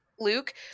luke